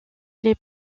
les